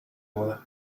boda